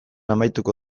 amaituko